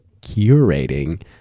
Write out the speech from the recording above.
curating